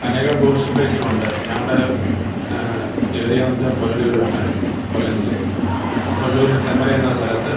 അനേകം ടൂറിസ്റ്റ് പ്ലേസുകളുണ്ട് ഞങ്ങളുടെ ഏറിയാന്നെച്ചാൽ പുനലൂരാണ് കൊല്ലം ജില്ലയിൽ പുനലൂരിൽ തെമ്മല എന്ന സ്ഥലത്ത്